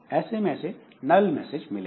ऐसे में इसे नल मैसेज मिलेगा